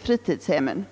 fritidshemmen.